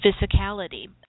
physicality